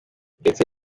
ndetse